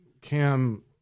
Cam